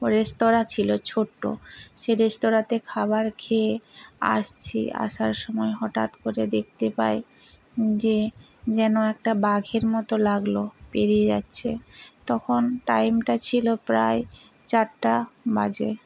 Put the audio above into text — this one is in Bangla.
রেস্তোরাঁ ছিল ছোট্ট সে রেস্তোরাঁতে খাবার খেয়ে আসছি আসার সময় হঠাৎ করে দেখতে পাই যে যেন একটা বাঘের মতো লাগলো পেরিয়ে যাচ্ছে তখন টাইমটা ছিল প্রায় চারটা বাজে